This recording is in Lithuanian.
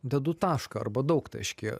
dedu tašką arba daugtaškį